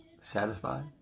satisfied